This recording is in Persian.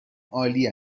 عالی